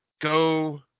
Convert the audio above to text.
go